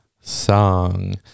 song